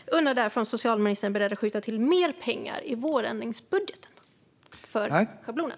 Jag undrar därför om socialministern är beredd att skjuta till mer pengar i vårändringsbudgeten för schablonen.